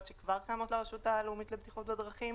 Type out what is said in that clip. שכבר קיימות לרשות הלאומית לבטיחות בדרכים.